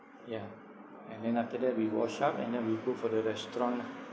yeah and then after that we wash up and then we go for the restaurant lah